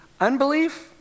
unbelief